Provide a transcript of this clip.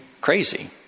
crazy